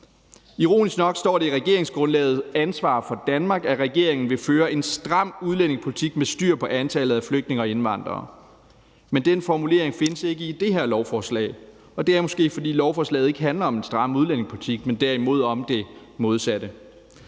Ironisk nok står det i regeringsgrundlaget »Ansvar for Danmark«, at regeringen vil føre en stram udlændingepolitik med styr på antallet af flygtninge og indvandrere. Men den formulering findes ikke i det her lovforslag, og det er måske, fordi lovforslaget ikke handler om en stram udlændingepolitik, men derimod om det modsatte.